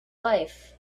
life